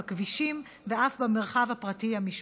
בכבישים ואף במרחב הפרטי המשפחתי.